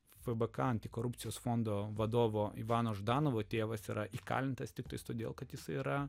fbk antikorupcijos fondo vadovo ivano ždanavo tėvas yra įkalintas tiktai todėl kad jis yra